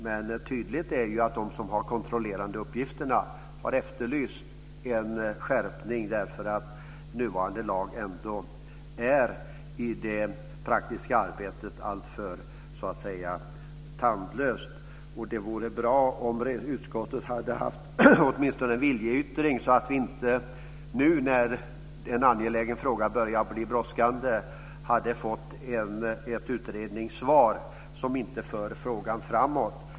Men tydligt är att de som har de kontrollerande uppgifterna har efterlyst en skärpning därför att nuvarande lag ändå i det praktiska arbetet är alltför tandlös. Det vore bra om utskottet åtminstone hade haft en viljeyttring, så att vi inte nu när en angelägen fråga börjar bli brådskande får ett utredningssvar som inte för frågan framåt.